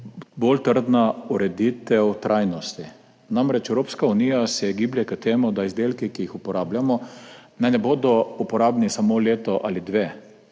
bolj trdna ureditev trajnosti, namreč Evropska unija se giblje k temu, da izdelki, ki jih uporabljamo, naj ne bodo uporabni samo leto ali dve,